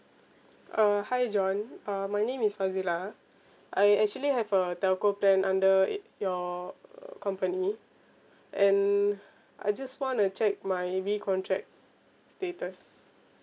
uh hi john uh my name is fazilah I actually have a telco plan under it your err company and I just wanna check my re-contract status